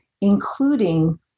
including